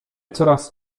coraz